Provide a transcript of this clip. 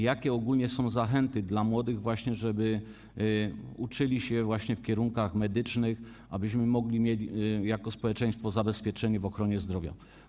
Jakie ogólnie są zachęty dla młodych, żeby uczyli się w kierunkach medycznych, abyśmy mogli mieć jako społeczeństwo zabezpieczenie w ochronie zdrowia?